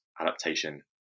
adaptation